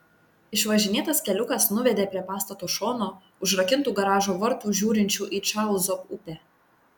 išvažinėtas keliukas nuvedė prie pastato šono užrakintų garažo vartų žiūrinčių į čarlzo upę